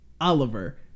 Oliver